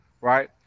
right